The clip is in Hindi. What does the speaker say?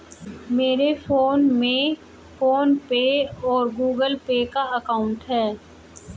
मेरे फोन में फ़ोन पे और गूगल पे का अकाउंट है